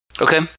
okay